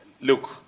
look